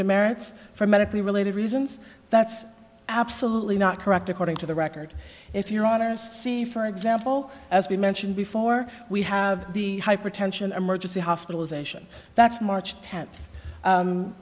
the merits for medically related reasons that's absolutely not correct according to the record if you're honest see for example as we mentioned before we have the hypertension emergency hospitalization that's march